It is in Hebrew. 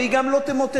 והיא גם לא תמוטט.